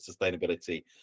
sustainability